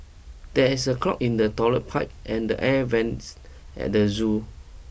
there is a clog in the toilet pipe and the air vents at the zoo